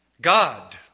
God